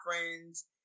friends